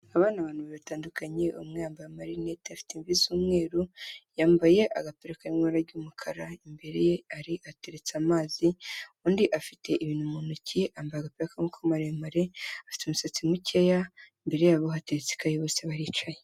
Aba ni abantu babiri batandukanye, umwe yambaye amarinete afite imvi z'umweru, yambaye agapira kari mu ibara ry'umukara, imbereye hari ateretse amazi, undi afite ibintu mu ntoki yambaye agapira k'amaboko maremare, afite umusatsi mukeya imbere yabo hatetse ikayi bose baricaye.